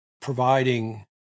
providing